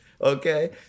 Okay